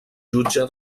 jutge